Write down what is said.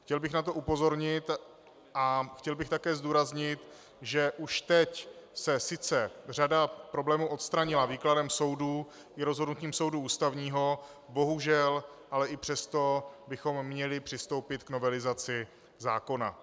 Chtěl bych na to upozornit a chtěl bych také zdůraznit, že už teď se sice řada problémů odstranila výkladem soudů i rozhodnutím Ústavního soudu, bohužel ale i přesto bychom měli přistoupit k novelizaci zákona.